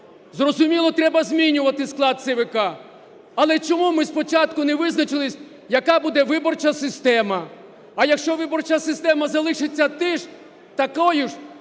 Зрозуміло, треба змінювати склад ЦВК, але чому ми спочатку не визначились, яка буде виборча система? А якщо виборча система залишиться такою ж,